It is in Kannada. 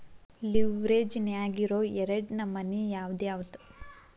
ಲಿವ್ರೆಜ್ ನ್ಯಾಗಿರೊ ಎರಡ್ ನಮನಿ ಯಾವ್ಯಾವ್ದ್?